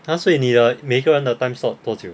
ha 所以你的每一个人的 time slot 多久